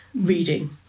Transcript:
reading